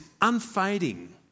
unfading